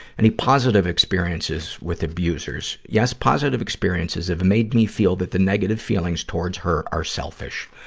any positive experiences with abusers? yes. positive experiences have made me feel that the negative feelings towards her are selfish.